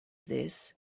this